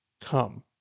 Come